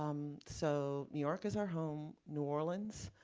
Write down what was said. um so new york is our home. new orleans,